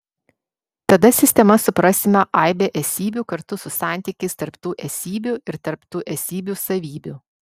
tada sistema suprasime aibę esybių kartu su santykiais tarp tų esybių ir tarp tų esybių savybių